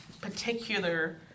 particular